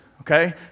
okay